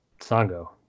Sango